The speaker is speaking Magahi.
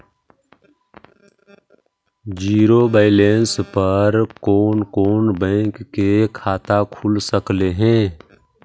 जिरो बैलेंस पर कोन कोन बैंक में खाता खुल सकले हे?